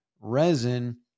resin